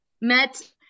met